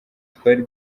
twari